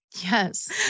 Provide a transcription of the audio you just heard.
Yes